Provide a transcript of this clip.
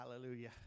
Hallelujah